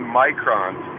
microns